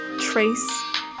trace